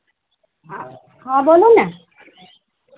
हँ बोलू ने